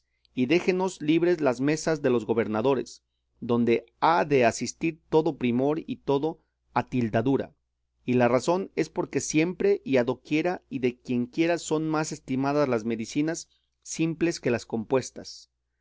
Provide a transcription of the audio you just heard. y déjennos libres las mesas de los gobernadores donde ha de asistir todo primor y toda atildadura y la razón es porque siempre y a doquiera y de quienquiera son más estimadas las medicinas simples que las compuestas